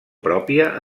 pròpia